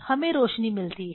हमें रोशनी मिलती है